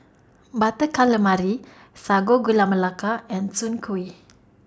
Butter Calamari Sago Gula Melaka and Soon Kueh